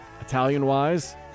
Italian-wise